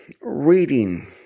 reading